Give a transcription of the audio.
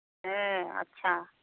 ᱦᱮᱸ ᱟᱪᱪᱷᱟ